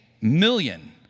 million